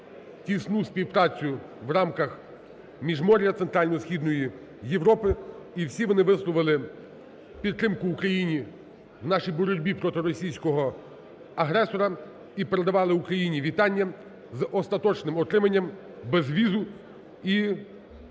тісну співпрацю в рамках "Міжмор'я" Центрально-Східної Європи. І всі вони висловили підтримку Україні в нашій боротьбі проти російського агресора і передавали Україні вітання з остаточним отриманням безвізу, і